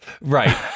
Right